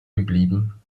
geblieben